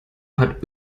hat